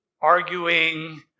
arguing